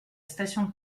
station